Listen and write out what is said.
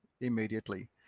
immediately